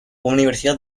universidad